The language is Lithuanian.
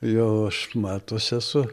jau aš metuose esu